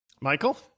Michael